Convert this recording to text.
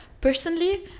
personally